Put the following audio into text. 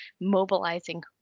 mobilizing